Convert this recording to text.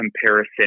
comparison